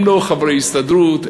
הם לא חברי הסתדרות,